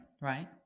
right